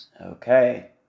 Okay